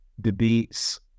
debates